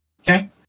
okay